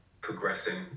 progressing